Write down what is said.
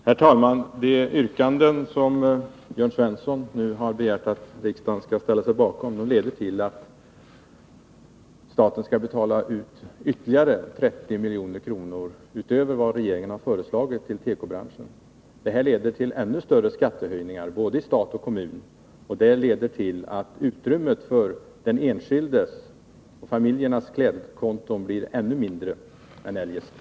Herr talman! De yrkanden som Jörn Svensson nu har begärt att riksdagen skall ställa sig bakom leder till att staten skall betala ut ytterligare 30 milj.kr. till tekobranschen utöver vad regeringen har föreslagit. Detta medför ännu större skattehöjningar i både stat och kommun, vilket i sin tur leder till att utrymmet för den enskildes och familjernas klädeskonton blir ännu mindre än eljest.